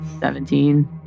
Seventeen